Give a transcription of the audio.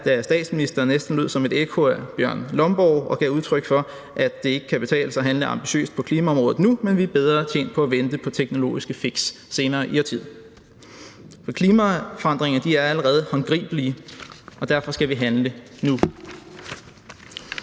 var: Da statsministeren næsten lød som et ekko af Bjørn Lomborg og gav udtryk for, at det ikke kan betale sig at handle ambitiøst på klimaområdet nu, men at vi er bedre tjent med at vente på teknologiske fix senere i årtiet. Klimaforandringer er allerede håndgribelige, og derfor skal vi handle nu,